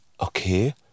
okay